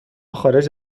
خارج